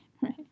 Right